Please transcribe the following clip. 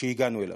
שהגענו אליו.